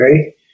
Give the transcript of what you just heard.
okay